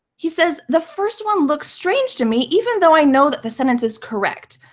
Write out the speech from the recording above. he says, the first one looks strange to me, even though i know that the sentence is correct.